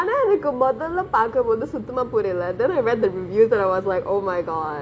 ஆனா எனக்கு முதலே பாக்கும்போது சுத்தமா புரிலே:anaa muthale paakompothu suthamaa purilae then I read the review and I was like oh my god